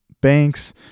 banks